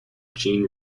gene